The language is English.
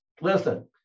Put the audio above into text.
Listen